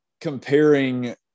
comparing